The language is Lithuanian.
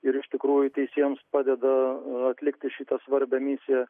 ir iš tikrųjų teisėjams padeda atlikti šitą svarbią misiją